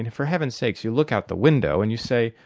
and for heaven's sakes, you look out the window and you say,